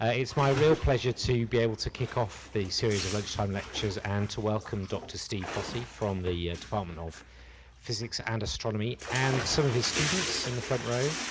ah it's my real pleasure to be able to kick off the series of lunchtime lectures and to welcome dr steve fossey from the department of physics and astronomy and so his students, in the front row,